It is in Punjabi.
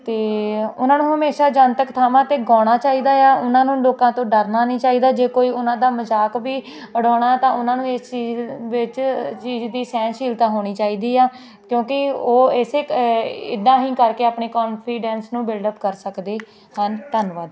ਅਤੇ ਉਹਨਾਂ ਨੂੰ ਹਮੇਸ਼ਾ ਜਨਤਕ ਥਾਵਾਂ 'ਤੇ ਗਾਉਣਾ ਚਾਹੀਦਾ ਆ ਉਹਨਾਂ ਨੂੰ ਲੋਕਾਂ ਤੋਂ ਡਰਨਾ ਨਹੀਂ ਚਾਹੀਦਾ ਜੇ ਕੋਈ ਉਹਨਾਂ ਦਾ ਮਜ਼ਾਕ ਵੀ ਉਡਾਉਣਾ ਤਾਂ ਉਹਨਾਂ ਨੂੰ ਇਸ ਚੀਜ਼ ਵਿੱਚ ਚੀਜ਼ ਦੀ ਸਹਿਣਸ਼ੀਲਤਾ ਹੋਣੀ ਚਾਹੀਦੀ ਆ ਕਿਉਂਕਿ ਉਹ ਇਸੇ ਇ ਇੱਦਾਂ ਹੀ ਕਰਕੇ ਆਪਣੀ ਕੋਨਫੀਡੈਂਸ ਨੂੰ ਬਿਲਡਅੱਪ ਕਰ ਸਕਦੇ ਹਨ ਧੰਨਵਾਦ